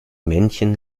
männchen